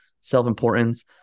self-importance